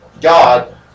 God